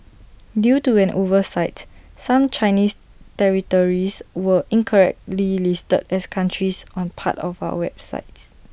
due to an oversight some Chinese territories were incorrectly listed as countries on parts of our website